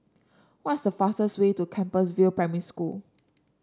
what's the fastest way to Compassvale Primary School